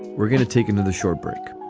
we're going to take another short break.